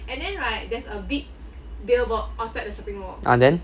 ah then